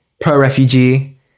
pro-refugee